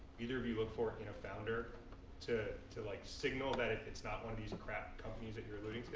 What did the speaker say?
either of you look for in a founder to to like signal that it's not one of these crap companies that you're alluding